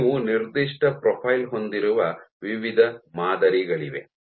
ನೀವು ನಿರ್ದಿಷ್ಟ ಪ್ರೊಫೈಲ್ ಹೊಂದಿರುವ ವಿವಿಧ ಮಾದರಿಗಳಿವೆ